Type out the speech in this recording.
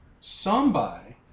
Sambai